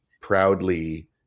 proudly